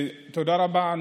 תודה רבה.